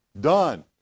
Done